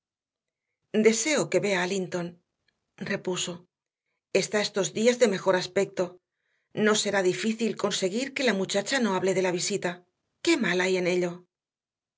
yo deseo que vea a linton repuso está estos días de mejor aspecto no será difícil conseguir que la muchacha no hable de la visita qué mal hay en ello